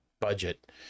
budget